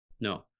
no